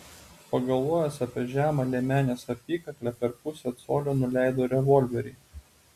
pagalvojęs apie žemą liemenės apykaklę per pusę colio nuleido revolverį